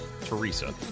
Teresa